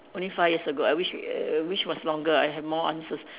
only five years ago I wish err wish longer I have more answers